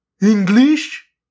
English